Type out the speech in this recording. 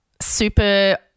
super